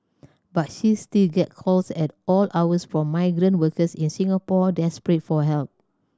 but she still gets calls at all hours from migrant workers in Singapore desperate for help